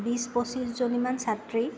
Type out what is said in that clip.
বিশ পঁচিছ জনীমান ছাত্ৰী